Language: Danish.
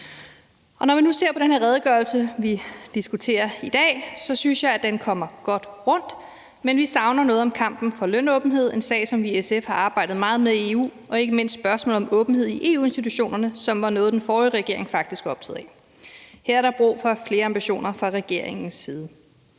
Når vi nu ser på den redegørelse, vi diskuterer i dag, synes jeg, at den kommer godt rundt, men vi savner noget om kampen for lønåbenhed – en sag, som vi i SF har arbejdet meget med i EU – og ikke mindst spørgsmålet om åbenhed i EU-institutionerne, som var noget, den forrige regering faktisk var optaget af. Her er der brug for flere ambitioner fra regeringens side.